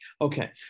Okay